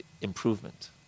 improvement